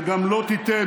וגם לא תיתן,